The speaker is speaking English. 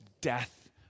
death